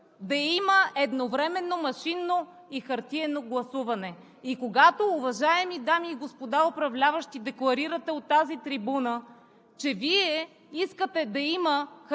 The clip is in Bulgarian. да има едновременно машинно и хартиено гласуване. И когато, уважаеми дами и господа управляващи, декларирате от тази трибуна, че Вие искате да има хартиени бюлетини